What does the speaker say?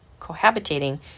cohabitating